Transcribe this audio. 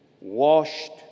washed